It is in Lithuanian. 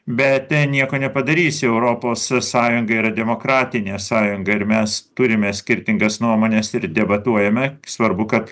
bet nieko nepadarysi europos sąjunga yra demokratinė sąjunga ir mes turime skirtingas nuomones ir debatuojame svarbu kad